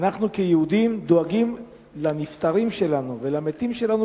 ואנחנו כיהודים דואגים לנפטרים שלנו ולמתים שלנו